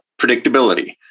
predictability